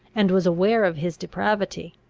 and was aware of his depravity.